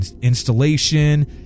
installation